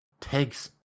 takes